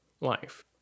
life